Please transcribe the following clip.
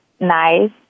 nice